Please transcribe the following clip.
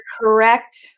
correct